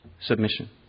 submission